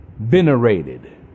venerated